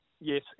yes